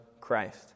Christ